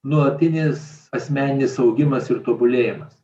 nuolatinis asmeninis augimas ir tobulėjimas